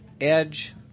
Edge